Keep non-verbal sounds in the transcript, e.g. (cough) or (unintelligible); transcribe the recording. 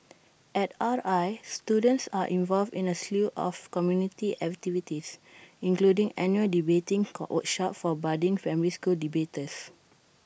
at R I students are involved in A slew of community activities including annual debating (unintelligible) workshops for budding family school debaters